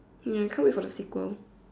ya can't wait for the sequel